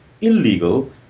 illegal